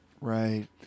Right